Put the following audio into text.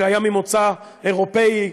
שהוא ממוצא אירופאי,